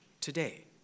today